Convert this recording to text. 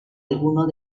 algunos